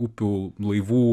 upių laivų